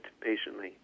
patiently